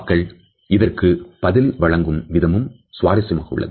மக்கள் இதற்கு பதில் வழங்கும் விதமும் சுவாரஸ்யமாக உள்ளது